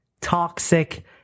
toxic